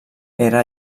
era